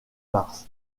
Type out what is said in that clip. mars